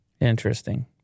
interesting